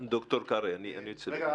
ד"ר קרעי, אני צריך --- רגע.